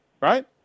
Right